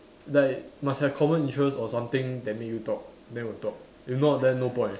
like must have common interest or something that make you talk then will talk if not then no point